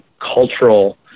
cultural